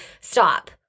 stop